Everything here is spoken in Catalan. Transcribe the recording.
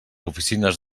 oficines